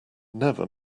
never